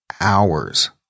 hours